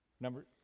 Number